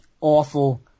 awful